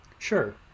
Sure